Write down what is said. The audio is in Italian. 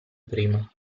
prima